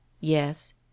Yes